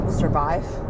survive